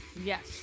Yes